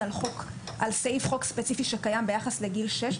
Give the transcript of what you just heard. על סעיף חוק ספציפי שקיים ביחס לגיל שש.